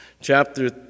chapter